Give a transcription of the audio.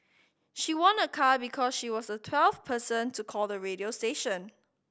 she won a car because she was the twelfth person to call the radio station